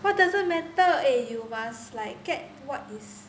what doesn't matter eh you must like get what is